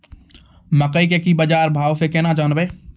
मकई के की बाजार भाव से केना जानवे?